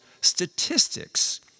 statistics